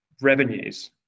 revenues